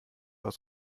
aus